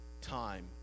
time